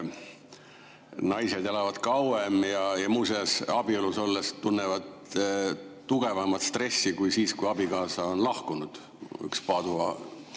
naised elavad kauem. Ja muuseas, abielus olles tunnevad nagu tugevamat stressi kui siis, kui abikaasa on lahkunud. Üks Padova